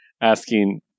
asking